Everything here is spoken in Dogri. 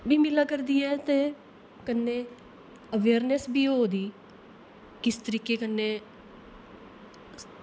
वी मिल्ला करदी ऐ ते कन्नै अवेयरनेस बी होआ दी किस तरीकै कन्नै